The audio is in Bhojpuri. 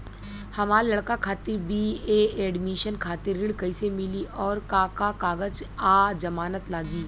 हमार लइका खातिर बी.ए एडमिशन खातिर ऋण कइसे मिली और का का कागज आ जमानत लागी?